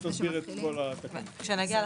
אסביר כשנגיע לחיתום?